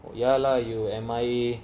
ya lah you M_I_A